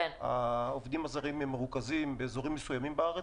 העובדים הזרים מרוכזים באזורים מסוימים בארץ